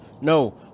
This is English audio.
No